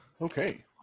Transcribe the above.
Okay